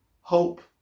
hope